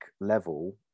level